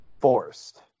forced